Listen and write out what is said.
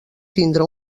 tindre